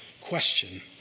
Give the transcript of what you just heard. Question